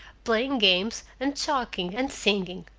playing games, and talking, and singing.